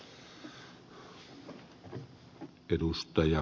arvoisa puhemies